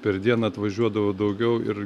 per dieną atvažiuodavo daugiau ir